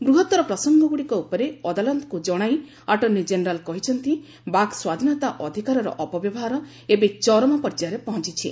ବୃହତ୍ତର ପ୍ରସଙ୍ଗଗୁଡ଼ିକ ଉପରେ ଅଦାଲତଙ୍କୁ ଜଣାଇ ଆଟର୍ଶ୍ଣି ଜେନେରାଲ୍ କହିଛନ୍ତି ବାକ୍ ସ୍ୱାଧୀନତା ଅଧିକାରର ଅପବ୍ୟବହାର ଏବେ ଚରମ ପର୍ଯ୍ୟାୟରେ ପହଞ୍ଚିଛି